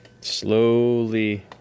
Slowly